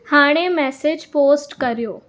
हाणे message post करियो